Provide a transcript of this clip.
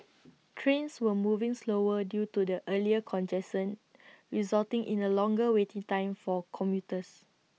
trains were moving slower due to the earlier congestion resulting in A longer waiting time for commuters